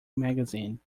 magazine